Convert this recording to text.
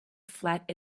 flat